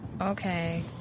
Okay